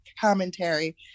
commentary